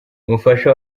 umufasha